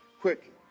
quick